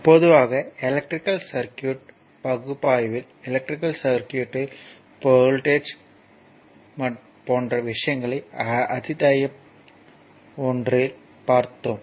எனவே பொதுவாக electrical circuit பகுப்பாய்வில் எலக்ட்ரிகல் சர்க்யூட்யில் கரண்ட் வோல்ட்டேஜ் போன்ற விஷயங்களை அத்தியாயம் 1 இல் பார்த்துள்ளோம்